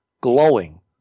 glowing